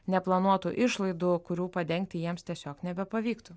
neplanuotų išlaidų kurių padengti jiems tiesiog nebepavyktų